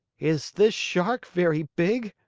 is this shark very big?